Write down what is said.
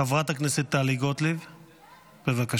חברת הכנסת טלי גוטליב, בבקשה.